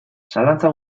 zalantza